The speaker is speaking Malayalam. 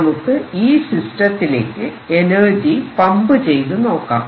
നമുക്ക് ഈ സിസ്റ്റത്തിലേക്ക് എനർജി പമ്പ് ചെയ്തുനോക്കാം